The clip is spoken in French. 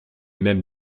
même